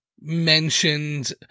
mentioned